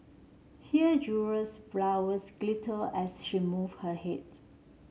here jewels flowers glittered as she moved her heads